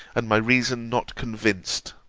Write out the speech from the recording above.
and my reason not convinced